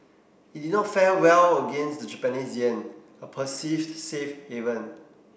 it did not fare well against the Japanese yen a perceived safe haven